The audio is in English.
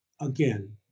again